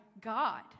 God